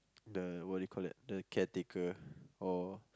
the what do you call that the caretaker or